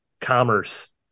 Commerce